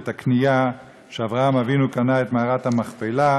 את הקנייה שאברהם אבינו קנה את מערת המכפלה,